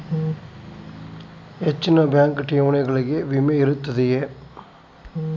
ಹೆಚ್ಚಿನ ಬ್ಯಾಂಕ್ ಠೇವಣಿಗಳಿಗೆ ವಿಮೆ ಇರುತ್ತದೆಯೆ?